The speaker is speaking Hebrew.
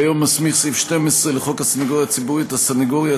כיום סעיף 12 לחוק הסנגוריה הציבורית